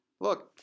look